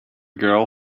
girl